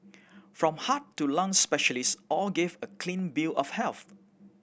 from heart to lung specialists all gave a clean bill of health